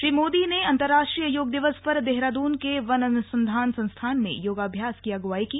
श्री मोदी ने अन्तर्राष्ट्रीय योग दिवस पर देहरादून के वन अनुसंधान संस्थान में योगाभ्यास की अगुवाई की